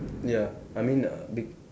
ya I mean uh big